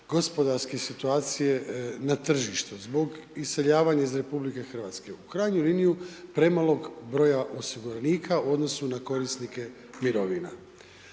gospodarske situacije na tržištu, zbog iseljavanja iz RH. U krajnjoj liniji premalog broja osiguranika u odnosu na korisnike mirovina.